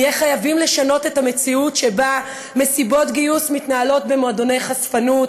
נהיה חייבים לשנות את המציאות שבה מסיבות גיוס מתנהלות במועדוני חשפנות